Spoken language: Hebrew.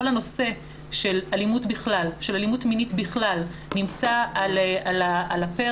כל הנושא של אלימות מינית בכלל נמצא על הפרק.